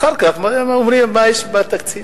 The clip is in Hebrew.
אחר כך אומרים מה יש בתקציב.